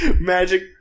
magic